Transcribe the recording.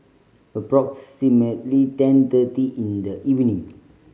approximately ten thirty in the evening